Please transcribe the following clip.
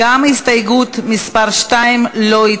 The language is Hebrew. קבוצת סיעת מרצ וחבר הכנסת חיים ילין לסעיף 2 לא נתקבלה.